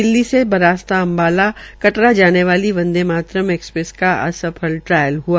दिल्ली से बरास्ता अम्बाला कटरा जाने वाली वंदे भारत एक्सप्रेस का आज सफल ट्रायल हआ